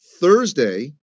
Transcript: Thursday